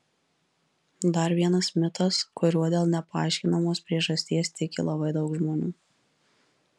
dar vienas mitas kuriuo dėl nepaaiškinamos priežasties tiki labai daug žmonių